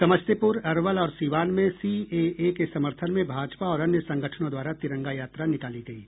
समस्तीपुर अरवल और सीवान में सीएए के समर्थन में भाजपा और अन्य संगठनों द्वारा तिरंगा यात्रा निकाली गयी